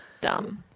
Dumb